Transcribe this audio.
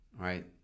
right